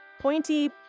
pointy